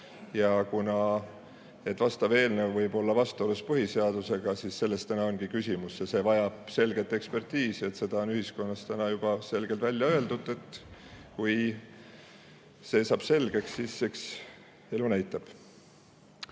Ja kuna [see] eelnõu [on] võib-olla vastuolus põhiseadusega, siis selles täna ongi küsimus ja see vajab selget ekspertiisi. See on ühiskonnas juba selgelt välja öeldud. Kui see saab selgeks, siis eks elu näitab.